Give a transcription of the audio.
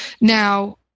Now